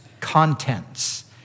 contents